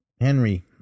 Henry